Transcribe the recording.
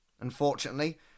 Unfortunately